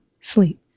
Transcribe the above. sleep